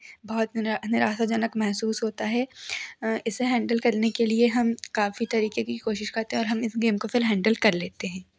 बहुत नीरा निराशा जनक महसूस होता है इसे हैन्डल करने के लिए हम काफ़ी तरीके की कोशिश करते हैं और हम इस गेम को फिर हैन्डल कर लेते हैं